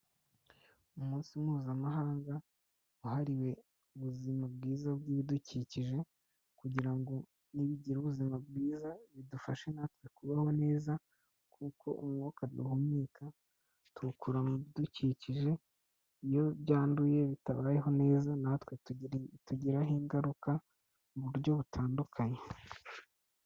Umunsi mpuzamahanga wahahariwe ubuzima bwiza bw'ibidukikije kugira ngo nibigira ubuzima bwiza bidufashe natwe kubaho neza kuko umwuka duhumeka tuwukura mu bidukikije, iyo byanduye bitabayeho neza natwe bitugiraho ingaruka mu buryo butandukanye.